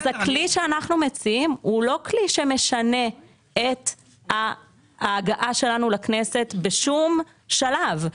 הכלי שאנחנו מציעים הוא לא כלי שמשנה את ההגעה שלנו לכנסת בשום שלב,